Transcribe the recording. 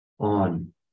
On